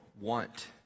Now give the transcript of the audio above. want